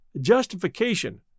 justification